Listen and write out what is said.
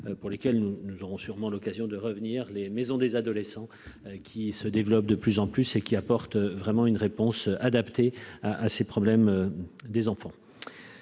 pour lesquels nous nous aurons sûrement l'occasion de revenir les maisons des adolescents qui se développe de plus en plus et qui apporte vraiment une réponse adaptée à à ces problèmes des enfants.